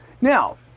now